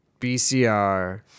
BCR